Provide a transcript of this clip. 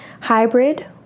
hybrid